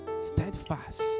steadfast